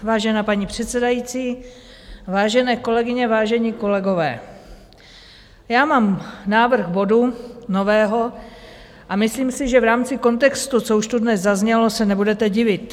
Vážená paní předsedající, vážené kolegyně, vážení kolegové, mám návrh nového bodu a myslím si, že v rámci kontextu, co už tu dnes zaznělo, se nebudete divit.